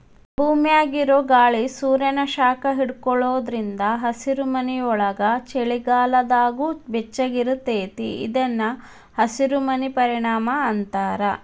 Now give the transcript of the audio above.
ಭೂಮ್ಯಾಗಿರೊ ಗಾಳಿ ಸೂರ್ಯಾನ ಶಾಖ ಹಿಡ್ಕೊಳೋದ್ರಿಂದ ಹಸಿರುಮನಿಯೊಳಗ ಚಳಿಗಾಲದಾಗೂ ಬೆಚ್ಚಗಿರತೇತಿ ಇದನ್ನ ಹಸಿರಮನಿ ಪರಿಣಾಮ ಅಂತಾರ